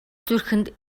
зүрхэнд